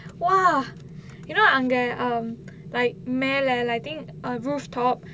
!wow! you know அங்க:anga um like மேல:mela I think err rooftop